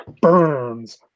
burns